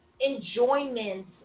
enjoyment